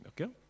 Okay